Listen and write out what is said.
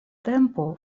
tempo